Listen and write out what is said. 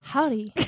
Howdy